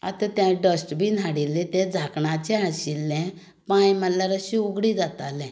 आतां तें हांवें डस्ट बीन हाडिल्लें तें धांकणाचें आशिल्लें पांय मारल्यार अशें उगडी जातालें